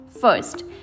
First